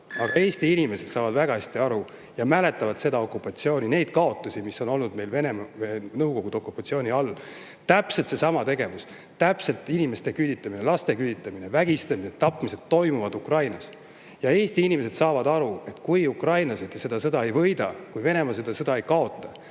aga Eesti inimesed saavad väga hästi aru ja mäletavad seda okupatsiooni, neid kaotusi, mida meil [tuli kanda] Venemaa või [õigemini] Nõukogude okupatsiooni all. Täpselt seesama tegevus, inimeste küüditamine, sealhulgas laste küüditamine, vägistamine, tapmine toimub Ukrainas. Eesti inimesed saavad aru, et kui ukrainlased seda sõda ei võida ja kui Venemaa seda sõda ei kaota,